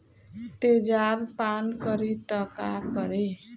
तेजाब पान करी त का करी?